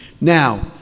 now